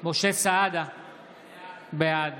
בעד